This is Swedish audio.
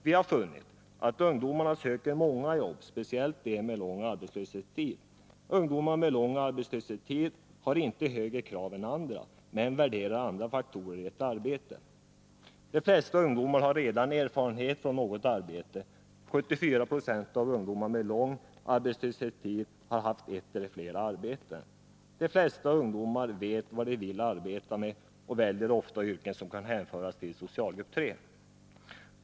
Vi har funnit att — ungdomarna söker många jobb, speciellt de med lång arbetslöshetstid — ungdomar med lång arbetslöshetstid har inte högre krav än andra, men värderar andra faktorer i ett arbete — de flesta ungdomar har redan erfarenhet från något arbete, 74 90 av ungdomar med lång arbetslöshetstid har haft ett eller flera arbeten — de flesta ungdomarna vet vad de vill arbeta med, och väljer ofta yrken som kan hänföras till socialgrupp 3.